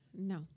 No